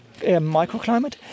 microclimate